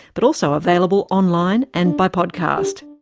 but also available online and by podcast.